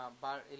bar